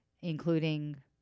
including